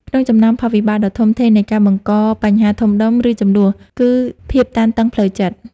ក្នុងចំណោមផលវិបាកដ៏ធំធេងនៃការបង្កបញ្ហាធំដុំ ឬជម្លោះ គឺភាពតានតឹងផ្លូវចិត្ត។